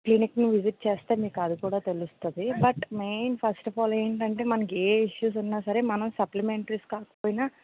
క్లినిక్ని visit చేస్తే మీకు అది కూడా తెలుస్తుంది but main first of all మనకు ఏంటంటే ఏ ఇష్యూస్ ఉన్నా సరే మనం సప్లమెంటరీస్ కాకపోయిన